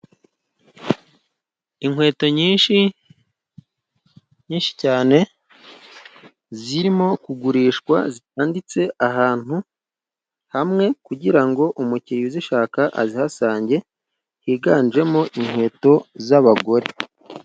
Inkweto nyinshi nyinshi cyane zirimo kugurishwa ztanditse ahantu hamwe kugira ngo umukiriya uzishaka azihasange, higanjemo inkweto z'abagore.